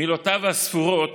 מילותיו הספורות